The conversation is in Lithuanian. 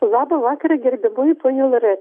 labą vakarą gerbiamoji ponia loreta